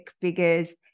figures